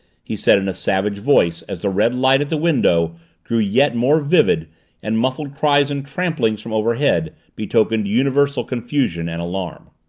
he said in a savage voice as the red light at the window grew yet more vivid and muffled cries and tramplings from overhead betokened universal confusion and alarm.